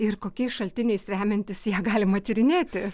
ir kokiais šaltiniais remiantis ją galima tyrinėti